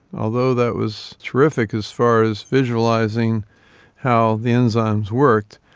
although that was terrific as far as visualising how the enzymes worked,